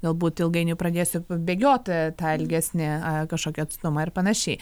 galbūt ilgainiui pradėsiu bėgiot tą ilgesnį kažkokį atstumą ir panašiai